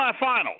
semifinals